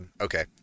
Okay